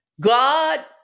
God